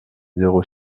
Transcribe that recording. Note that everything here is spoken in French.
zéro